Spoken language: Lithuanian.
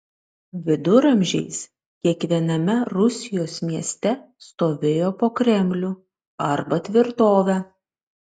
viduramžiais kiekviename rusijos mieste stovėjo po kremlių arba tvirtovę